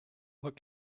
what